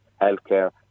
healthcare